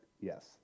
yes